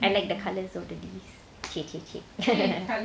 I like the colours it's so nice !chey! !chey! !chey!